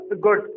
good